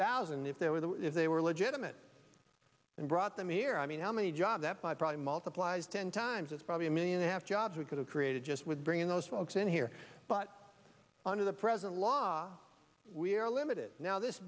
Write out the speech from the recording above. thousand if there was a if they were legitimate and brought them here i mean how many jobs that five probably multiplies ten times as probably a million a half jobs we could have created just with bringing those folks in here but under the present law we are limited now this